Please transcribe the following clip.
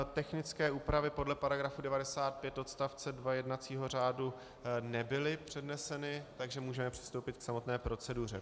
Technické úpravy podle § 95 odst. 2 jednacího řádu, nebyly předneseny, takže můžeme přistoupit k samotné proceduře.